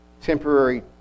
Temporary